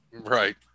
Right